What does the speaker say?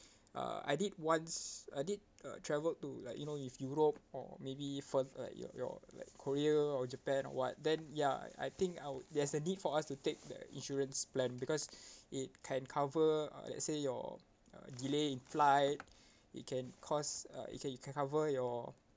uh I did once I did uh travelled to like you know if europe or maybe for uh your your like korea or japan or [what] then ya I think I would there's a need for us to take the insurance plan because it can cover uh let's say your uh delay in flight it can cost uh it can it can cover your